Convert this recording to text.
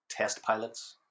testpilots